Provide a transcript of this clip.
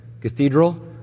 cathedral